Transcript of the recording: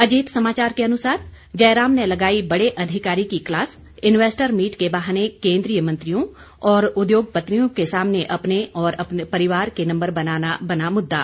अजीत समाचार के अनुसार जयराम ने लगाई बड़े अधिकारी की क्लास इन्वेस्टर मीट के बहाने केंद्रीय मंत्रियों और उद्योगपतियों के सामने अपने और परिवार के नंबर बनाना बना मुद्दा